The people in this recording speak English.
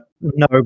no